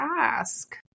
ask